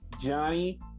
Johnny